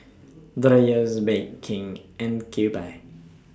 Dreyers Bake King and Kewpie